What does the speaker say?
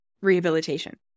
rehabilitation